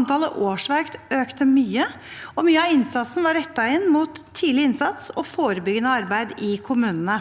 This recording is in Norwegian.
antall årsverk økte mye, og mye av innsatsen var rettet inn mot tidlig innsats og forebyggende arbeid i kommunene.